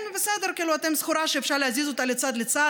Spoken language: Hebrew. כן, בסדר, אתן סחורה שאפשר להזיז אותה מצד לצד.